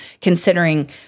considering